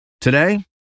Today